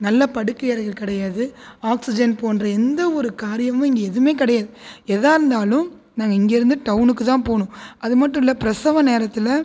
நல்ல படுக்கையறைகள் கிடையாது ஆக்ஸிஜன் போன்ற எந்த ஒரு காரியமும் இங்கே எதுவுமே கிடையாது எதாகயிருந்தாலும் நாங்கள் இங்கேருந்து டௌனுக்கு தான் போகணும் அதுமட்டும் இல்லை பிரசவ நேரத்தில்